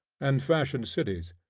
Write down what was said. and fashion cities.